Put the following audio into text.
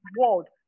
world